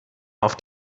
auf